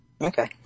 Okay